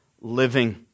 living